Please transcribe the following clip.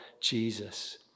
Jesus